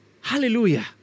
Hallelujah